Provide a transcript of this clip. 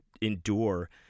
endure